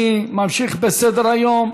אני ממשיך בסדר-היום.